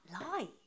lie